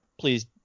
Please